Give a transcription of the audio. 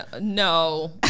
No